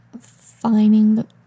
finding